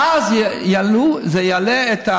ואז זה יעלה,